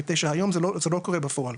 מפני שהיום זה לא קורה בפועל.